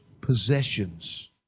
possessions